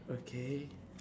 okay